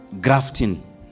grafting